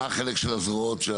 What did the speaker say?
מה החלק של הזרועות?